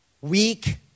weak